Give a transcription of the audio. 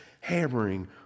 hammering